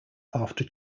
after